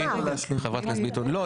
חברת הכנסת ביטון,